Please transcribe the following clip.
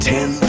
Ten